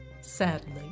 sadly